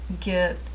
get